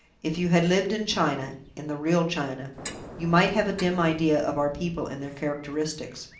if you had lived in china in the real china you might have a dim idea of our people and their characteristics.